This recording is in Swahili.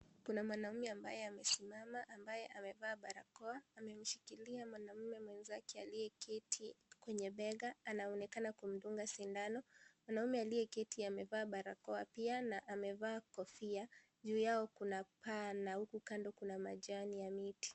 Kuna mwanaume ambaye amesimama ambaye amevaa barakoa amemshikilia mwanaume mwenzake aliyeketi, kwenye bega anaonekana kumdunga sindano mwanaume aliyeketi amevalia barakoa pia na amevaa kofia juu yao kuna paa na huku kando kuna majani ya miti.